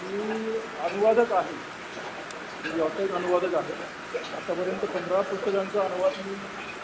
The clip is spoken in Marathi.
मी अनुवादक आहे व्यावसायिक अनुवादक आहे आतापर्यंत पंधरा पुस्तकांचा अनुवाद मी